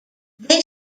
they